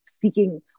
seeking